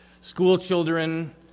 schoolchildren